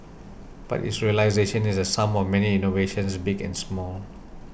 but its realisation is the sum of many innovations big and small